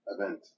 event